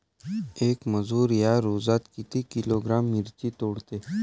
येक मजूर या रोजात किती किलोग्रॅम मिरची तोडते?